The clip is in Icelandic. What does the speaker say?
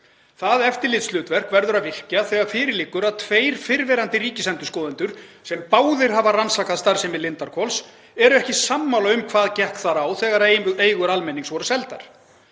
Það eftirlitshlutverk verður að virkja þegar fyrir liggur að tveir fyrrverandi ríkisendurskoðendur, sem báðir hafa rannsakað starfsemi Lindarhvols, eru ekki sammála um hvað gekk þar á þegar eigur almennings voru seldar.